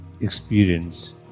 experience